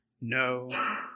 no